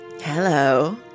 Hello